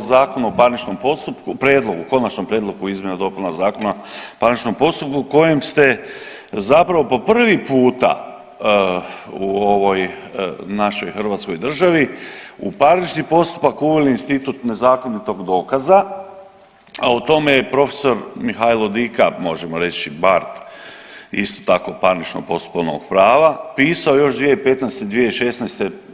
Zakon o parničnom postupku, prijedlogu, konačnom prijedlogu izmjena i dopuna Zakona o parničnom postupku kojim ste zapravo po prvi puta u ovoj našoj Hrvatskoj državi u parnični postupak uveli institut nezakonitog dokaza, a o tome je profesor Mihailo Dika, možemo reći bard isto tako parničnog postupovnog prava pisao još 2015., 2016.